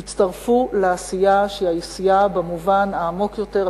תצטרפו לעשייה שהיא עשייה במובן העמוק יותר,